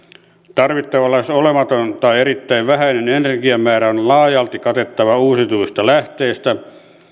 tarvittava lähes olematon tai erittäin vähäinen energian määrä on laajalti katettava uusiutuvista lähteistä